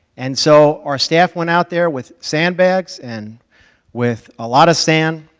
and so our staff went out there with sandbags and with a lot of sand,